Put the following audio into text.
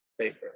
paper